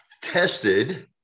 tested